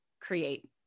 create